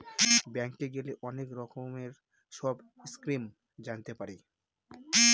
ব্যাঙ্কে গেলে অনেক রকমের সব স্কিম জানতে পারি